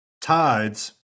tides